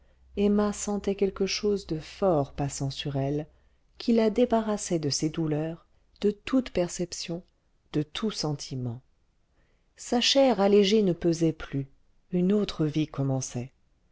emma sentait quelque chose de fort passant sur elle qui la débarrassait de ses douleurs de toute perception de tout sentiment sa chair allégée ne pesait plus une autre vie commençait